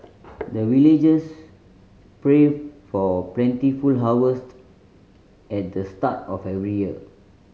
the villagers pray for plentiful harvest at the start of every year